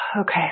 Okay